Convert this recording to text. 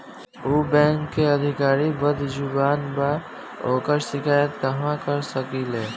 उ बैंक के अधिकारी बद्जुबान बा ओकर शिकायत कहवाँ कर सकी ले